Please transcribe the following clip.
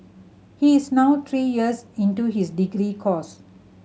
he is now three years into his degree course